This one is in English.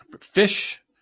fish